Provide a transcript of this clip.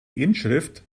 inschrift